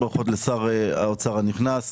ברכות לשר האוצר הנכנס.